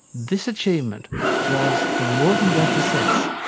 this achievement was, in more than just a sense,